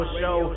show